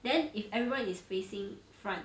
then if everyone is facing front